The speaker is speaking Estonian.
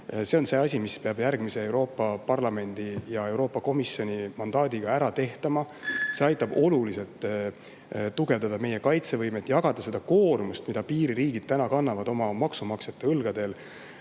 see on see asi, mis peab järgmise Euroopa Parlamendi ja Euroopa Komisjoni mandaadiga ära tehtama. See aitab oluliselt tugevdada meie kaitsevõimet ja jagada koormust, mida piiririigid täna kannavad oma maksumaksjate õlgadel